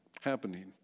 happening